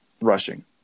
Rushing